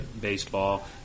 baseball